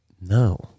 No